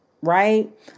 Right